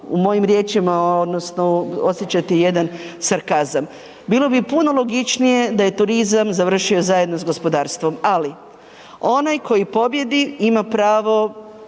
u mojim riječima odnosno osjećate jedan sarkazam. Bilo bi puno logičnije da je turizam završio zajedno s gospodarstvom. Ali onaj koji pobjedi ima pravo